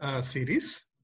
series